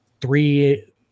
three